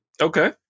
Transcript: okay